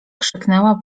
krzyknęła